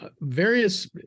various